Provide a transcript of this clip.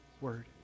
Word